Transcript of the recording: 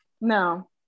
No